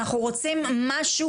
אנחנו רוצים משהו,